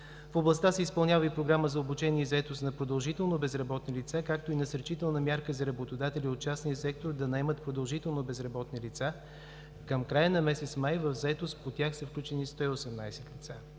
В областта се изпълнява и програма за обучение и заетост на продължително безработни лица, както и насърчителна мярка за работодатели от частния сектор да наемат продължително безработни лица. Към края на месец май за заетост по тях са включени 118 лица.